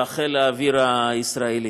בחיל האוויר הישראלי.